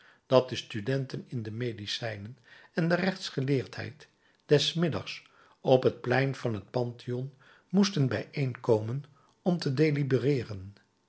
dat de studenten in de medicijnen en de rechtsgeleerdheid des middags op het plein van het pantheon moesten bijeenkomen om te